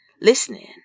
listening